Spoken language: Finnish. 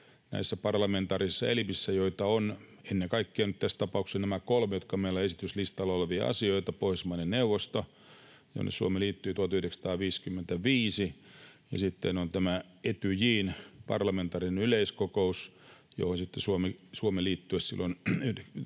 näissä parlamentaarisissa elimissä, joita on ennen kaikkea nyt tässä tapauksessa nämä kolme, jotka meillä ovat esityslistalla olevia asioita: Pohjoismaiden neuvosto, jonne Suomi liittyi 1955, sitten on Etyjin parlamentaarinen yleiskokous, johon Suomi liittyi